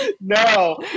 No